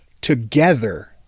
together